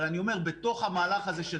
אבל אני אומר בתוך המהלך הזה של